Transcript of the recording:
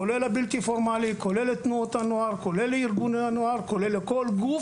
כולל הבלתי פורמלי; תנועות הנוער; ארגוני הנוער; הכל.